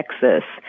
Texas